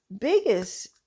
biggest